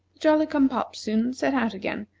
jolly-cum-pop soon set out again,